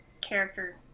character